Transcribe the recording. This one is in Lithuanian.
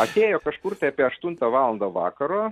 atėjo kažkur tai apie aštuntą valandą vakaro